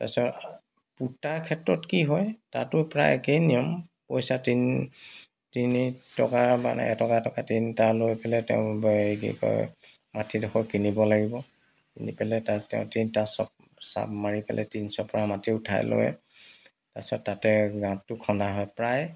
তাৰপিছত পোতা ক্ষেত্ৰত কি হয় তাতো প্ৰায় একে নিয়ম পইচা তিন তিনি টকা মানে এটকা এটকা তিনিটা লৈ পেলাই তেওঁ কি কয় মাটিডখৰ কিনিব লাগিব কিনি পেলাই তাত তেওঁ তিনিটা চাব মাৰি পেলাই তিনি চপৰা মাটি উঠাই লৈ তাৰপিছত তাতে গাঁতটো খন্দা হয় প্ৰায়